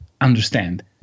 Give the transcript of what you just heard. understand